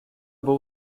był